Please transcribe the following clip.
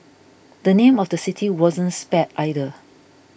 the name of the city wasn't spared either